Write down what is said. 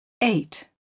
Eight